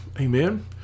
amen